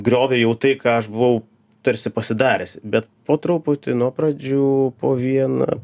griovė jau tai ką aš buvau tarsi pasidaręs bet po truputį nuo pradžių po vieną